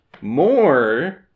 more